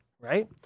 right